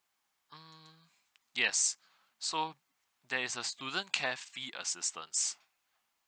mm yes so there is a student care fee assistance